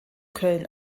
köln